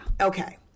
Okay